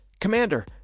Commander